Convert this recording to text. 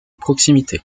proximité